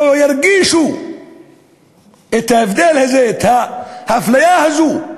לא ירגישו את ההבדל הזה, את האפליה הזו.